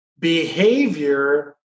Behavior